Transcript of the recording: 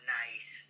nice